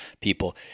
people